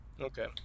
Okay